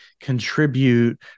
contribute